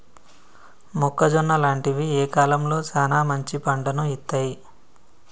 మొక్కజొన్న లాంటివి ఏ కాలంలో సానా మంచి పంటను ఇత్తయ్?